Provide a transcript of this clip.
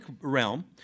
realm